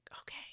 okay